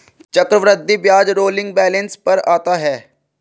चक्रवृद्धि ब्याज rolling balance पर आता है